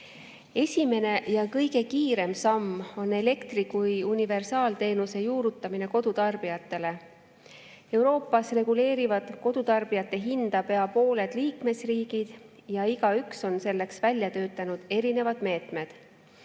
ja kõige kiirem samm on elektri kui universaalteenuse juurutamine kodutarbijatele. Euroopa [Liidus] reguleerivad kodutarbijate [makstavat] hinda pea pooled liikmesriigid ja igaüks on selleks välja töötanud erinevad meetmed.